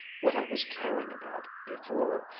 what i was caring about, before.